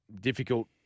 difficult